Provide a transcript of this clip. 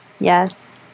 Yes